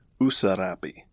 Usarapi